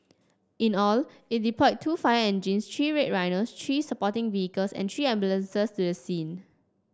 in all it deployed two fire engines three Red Rhinos three supporting vehicles and three ambulances to the scene